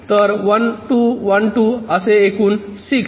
तर 1 2 1 2 असे एकूण 6